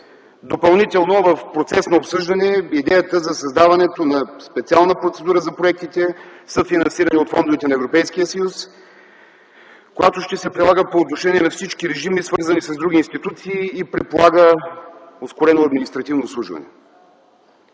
Допълнително в процес на обсъждане е идеята за създаване на специална процедура за проектите, съфинансирани от фондовете на Европейския съюз, която ще се прилага по отношение на всички режими, свързани с други институции и предполага ускорено административно обслужване.